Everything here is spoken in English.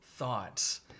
thoughts